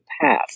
path